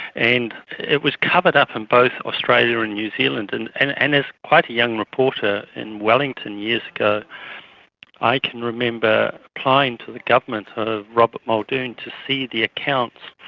and it was covered up in both australia and new zealand. and and and as quite a young reporter in wellington years ago i can remember applying to the government of robert muldoon to see the accounts,